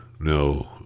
no